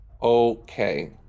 okay